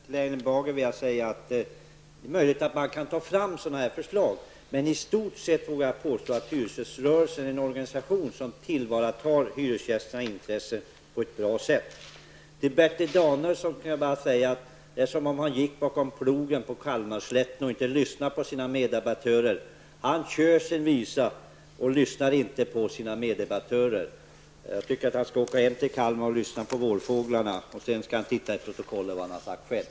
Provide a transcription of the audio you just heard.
Herr talman! Till Erling Bager vill jag säga att det är möjligt att man kan ta fram sådana exempel. Men i stort sett vågar jag påstå att hyresgäströrelsen är en organisation som tillvaratar hyresgästernas intressen på ett bra sätt. Till Bertil Danielsson kan jag bara säga att det är som om han gick bakom plogen på Kalmarslätten. Han kör sin visa och lyssnar inte på sina meddebattörer. Jag tycker att han skall åka hem till Kalmar och lyssna på vårfåglarna, och sedan skall han se efter i protokollet vad han har sagt själv.